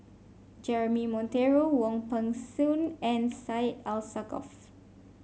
Jeremy Monteiro Wong Peng Soon and Syed Alsagoff